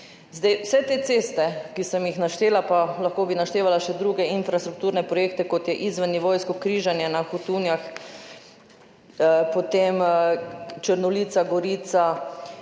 cesta. Vse te ceste, ki sem jih naštela, pa lahko bi naštevala še druge infrastrukturne projekte, kot je izvennivojsko križanje na Hotunjah, potem Črnolica, Gorica